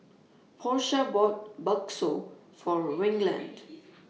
Porsha bought Bakso For Reginald